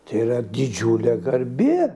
tai yra didžiulė garbė